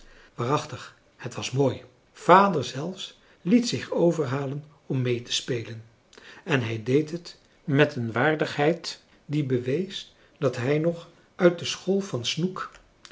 waarachtig het was mooi vader zelfs liet zich overhalen om mee te spelen en hij deed het met een waardigheid die bewees dat hij nog uit de school van snoek